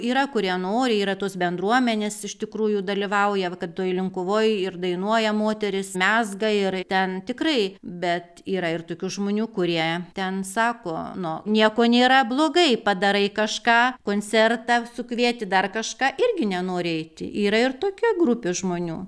yra kurie nori yra tos bendruomenės iš tikrųjų dalyvauja va kad toj linkuvoj ir dainuoja moterys mezga ir ten tikrai bet yra ir tokių žmonių kurie ten sako nu nieko nėra blogai padarai kažką koncertą sukvieti dar kažką irgi nenori eiti yra ir tokia grupė žmonių